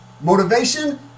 Motivation